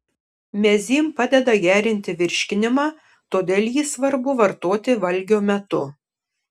mezym padeda gerinti virškinimą todėl jį svarbu vartoti valgio metu